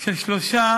של שלושה